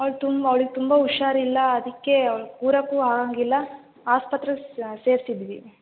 ಅವ್ಳು ತುಂಬ ಅವ್ಳಿಗೆ ತುಂಬ ಹುಷಾರಿಲ್ಲ ಅದಕ್ಕೇ ಅವ್ಳು ಕೂರಕ್ಕೂ ಆಗೋಂಗಿಲ್ಲ ಆಸ್ಪತ್ರೆಗೆ ಸೇರ್ಸಿದ್ದೀವಿ